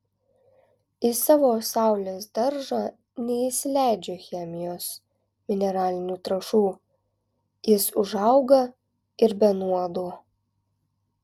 į savo saulės daržą neįsileidžiu chemijos mineralinių trąšų jis užauga ir be nuodo